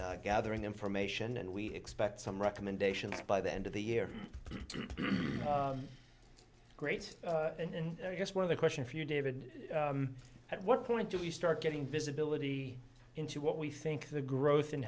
work gathering information and we expect some recommendations by the end of the year to great and i guess one of the question for you david at what point do we start getting visibility into what we think the growth in